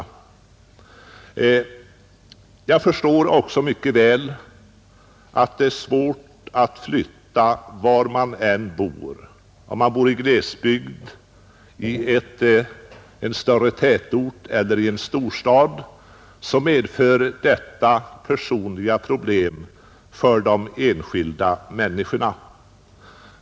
Jag förstår mycket väl att det är svårt att flytta på sig var man än bor. Om man bor i glesbygd, i en större tätort eller i en storstad, så medför detta personliga problem för de enskilda människorna.